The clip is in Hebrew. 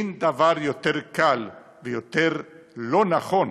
אין דבר יותר קל ויותר לא נכון